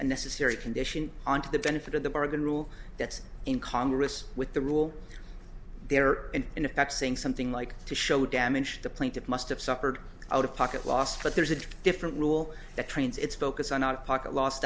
a necessary condition on to the benefit of the bargain rule that's in congress with the rule there and in effect saying something like to show damage the plaintiff must have suffered out of pocket loss but there's a different rule that trains its focus on out of pocket los